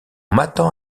m’attend